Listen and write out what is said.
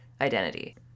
identity